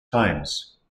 times